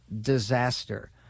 disaster